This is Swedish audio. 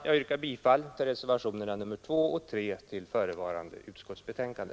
Jag yrkar bifall till reservationerna 2 och 3 vid förevarande utskottsbetänkande.